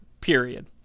period